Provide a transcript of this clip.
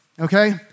okay